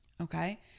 okay